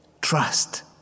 trust